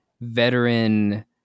veteran